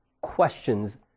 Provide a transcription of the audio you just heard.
questions